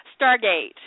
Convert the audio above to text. Stargate